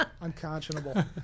unconscionable